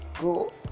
go